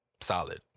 solid